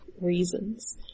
Reasons